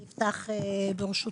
אני אפתח ברשותכם,